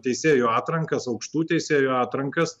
teisėjų atrankas aukštų teisėjų atrankas